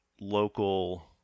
local